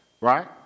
right